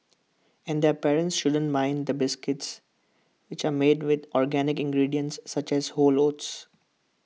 and their parents shouldn't mind the biscuits which are made with organic ingredients such as whole oats